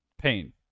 pain